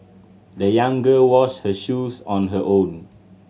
the young girl washed her shoes on her own